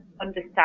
understand